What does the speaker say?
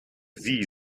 sie